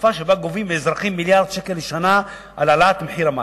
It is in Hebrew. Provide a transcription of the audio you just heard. בתקופה שבה גובים מאזרחים מיליארד שקל לשנה על המים,